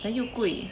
then 又贵